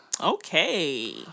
Okay